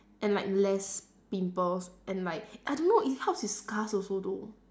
and like less pimples and like I don't know it helps with scars also though